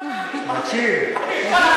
אתה לא,